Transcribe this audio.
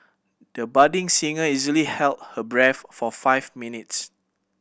the budding singer easily held her breath for five minutes